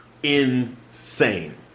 insane